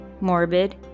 morbid